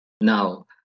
Now